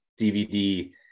DVD